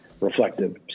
reflective